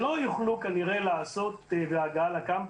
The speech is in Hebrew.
שלא יוכלו כנראה להגיע בקמפוס.